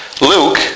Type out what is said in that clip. Luke